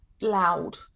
loud